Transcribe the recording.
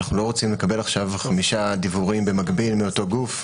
אנחנו לא רוצים לקבל עכשיו 5 דיוורים במקביל מאותו גוף.